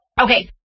okay